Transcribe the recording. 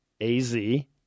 A-Z